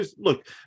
look